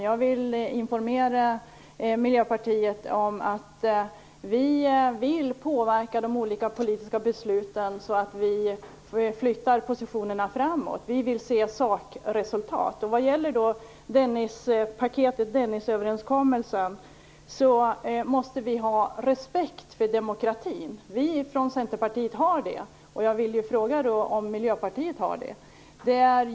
Jag vill informera er i Miljöpartiet om att vi vill påverka de olika politiska besluten på ett sådant sätt att positionerna flyttas framåt. Vi vill se sakresultat. Vad gäller Dennisöverenskommelsen måste vi ha respekt för demokratin. Vi i Centerpartiet har det. Har ni i Miljöpartiet också det?